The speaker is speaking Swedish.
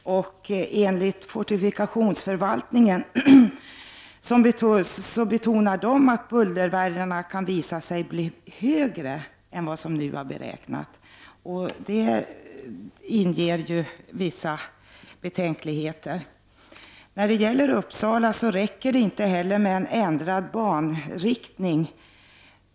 Och fortifikationsförvaltningen betonar att bullervärdena kan bli högre än vad som har beräknats. Det inger ju vissa betänkligheter. I Uppsala räcker det inte heller med en ändrad banriktning.